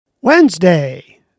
Wednesday